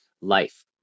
life